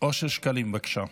אושר שקלים, בבקשה.